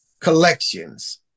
collections